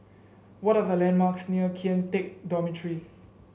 what are the landmarks near Kian Teck Dormitory